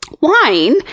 wine